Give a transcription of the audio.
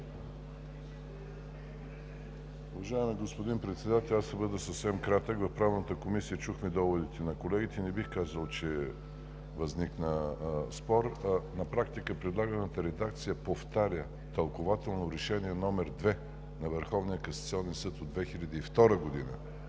Уважаеми господин Председател, аз ще бъда съвсем кратък. В Правната комисия чухме доводите на колегите и не бих казал, че възникна спор. На практика предлаганата редакция повтаря тълкувателно Решение № 2 на Върховния